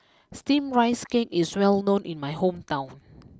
Steamed Rice Cake is well known in my hometown